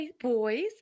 boys